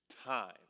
time